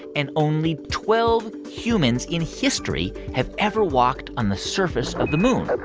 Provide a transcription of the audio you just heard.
and only twelve humans in history have ever walked on the surface of the moon that's